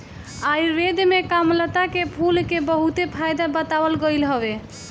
आयुर्वेद में कामलता के फूल के बहुते फायदा बतावल गईल हवे